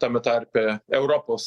tame tarpe europos